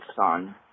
son